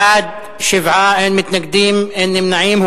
בעד, 7, אין מתנגדים, אין נמנעים.